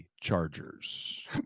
Chargers